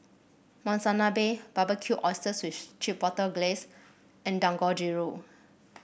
Monsunabe Barbecued Oysters with Chipotle Glaze and Dangojiru